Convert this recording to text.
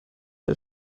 der